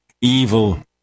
evil